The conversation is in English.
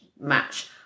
match